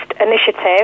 initiative